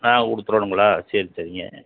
ஆ சரி சரிங்க